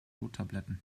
jodtabletten